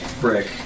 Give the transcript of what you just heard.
Brick